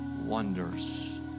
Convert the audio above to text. wonders